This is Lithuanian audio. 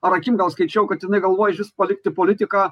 ar akim gal skaičiau kad jinai galvoja išvis palikti politiką